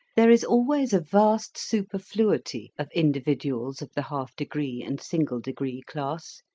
there is always a vast superfluity of individuals of the half degree and single degree class,